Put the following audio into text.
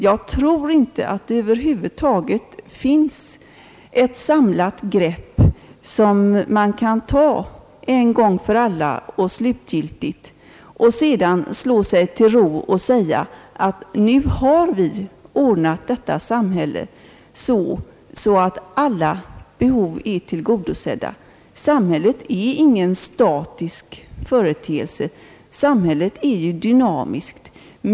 Jag tror inte att det över huvud taget finns ett samlat grepp som man kan ta en gång för alla och slutgiltigt och sedan slå sig till ro och säga att vi nu har ordnat detta samhälle så att alla behov är tillgodosedda. Samhället är ingen statisk företeelse. Samhället är dynamiskt.